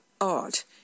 art